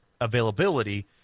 availability